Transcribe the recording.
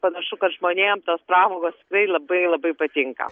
panašu kad žmonėm tos pramogos tikrai labai labai patinka